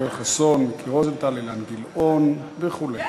יואל חסון, מיקי רוזנטל, אילן גילאון וכו'.